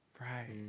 Right